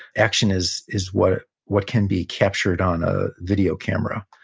action is is what what can be captured on a video camera.